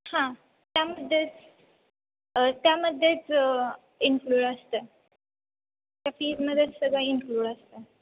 हां त्यामध्येच त्यामध्येच इनक्लूड असतं त्या फीजमध्येच सगळं इनक्लूड असतं